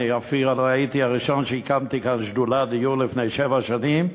אני אפילו הייתי הראשון שהקים כאן שדולת דיור לפני שבע שנים,